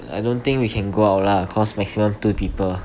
I don't think we can go out lah cause maximum two people